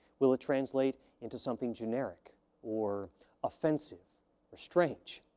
will it translate into something generic or offensive or strange.